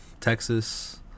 texas